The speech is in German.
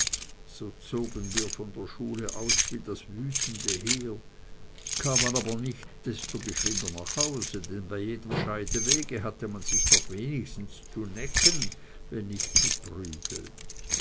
so zogen wir von der schule aus wie das wütende heer kamen aber nicht desto geschwinder nach hause denn bei jedem scheidewege hatte man sich noch wenigstens zu necken wenn nicht zu prügeln